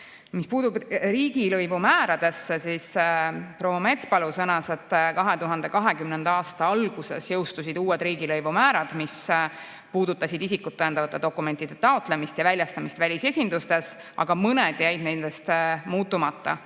Mis puutub riigilõivu määradesse, siis proua Metspalu sõnas, et 2020. aasta alguses jõustusid uued riigilõivumäärad, mis puudutasid isikut tõendavate dokumentide taotlemist ja väljastamist välisesindustes, aga mõned jäid nendest muutumata,